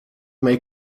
may